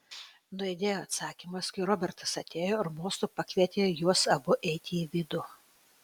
nuaidėjo atsakymas kai robertas atėjo ir mostu pakvietė juos abu eiti į vidų